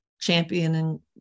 championing